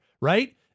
right